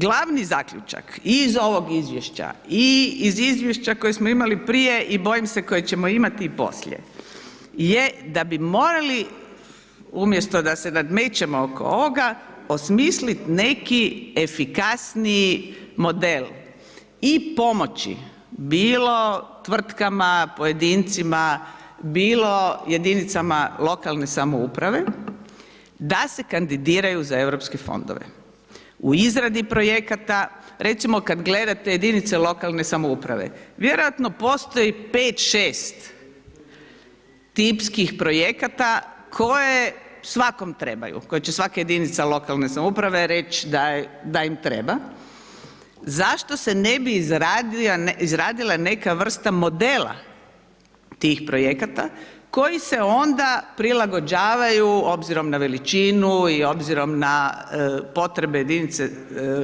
Glavni zaključak i iz ovog izvješća i iz izvješća koje smo imali prije i bojim se kojeg ćemo imati i poslije, je da bi morali umjesto da se nadmećemo oko ovoga, osmislit neki efikasniji model i pomoći bilo tvrtkama, pojedincima, bilo jedinicama lokalne samouprave da se kandidiraju za Europske fondove, u izradi projekata, recimo kad gledate jedinice lokalne samouprave, vjerojatno postoji 5-6 tipskih projekata koje svakom trebaju, koje će svaka jedinica lokalne samouprave reć da im treba, zašto se ne bi izradila neka vrsta modela tih projekata koji se onda prilagođavaju obzirom na veličinu i obzirom na potrebe jedinice